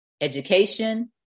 education